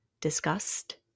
disgust